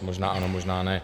Možná ano, možná ne.